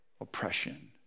oppression